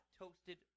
toasted